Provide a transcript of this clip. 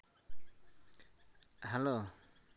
hello